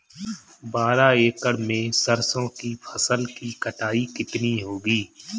बारह एकड़ में सरसों की फसल की कटाई कितनी होगी?